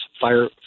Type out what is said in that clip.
fire